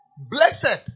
blessed